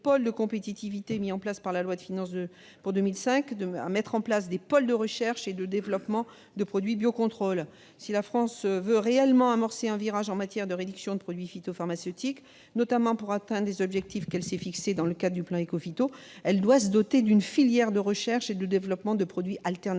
de compétitivité mis en place par la loi de finances pour 2005, à instituer des pôles de recherche et de développement de produits de biocontrôle. Si la France veut réellement amorcer un virage en matière de réduction de produits phytopharmaceutiques, notamment pour atteindre les objectifs qu'elle s'est fixés dans le cadre du plan Écophyto, elle doit se doter d'une filière de recherche et de développement de produits alternatifs